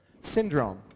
syndrome